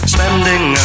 Spending